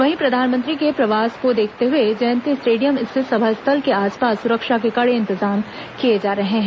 वहीं प्रधानमंत्री के प्रवास को देखते हुए जयंती स्टेडियम स्थित सभा स्थल के आसपास सुरक्षा के कड़े इंतजाम किए जा रहे हैं